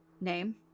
Name